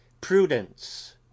prudence